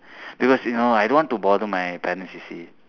because you know I don't want to bother my parents you see